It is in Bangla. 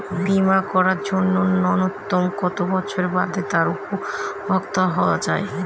বীমা করার জন্য ন্যুনতম কত বছর বাদে তার উপভোক্তা হওয়া য়ায়?